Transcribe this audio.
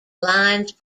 lines